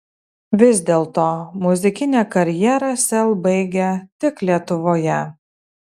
vis dėlto muzikinę karjerą sel baigia tik lietuvoje